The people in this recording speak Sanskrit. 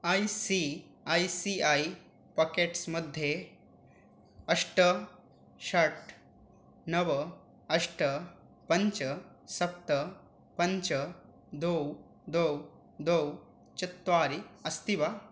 I C I C I pockets मध्ये अष्ट षट् नव अष्ट पञ्च सप्त पञ्च द्वौ द्वौ द्वौ चत्वारि अस्ति वा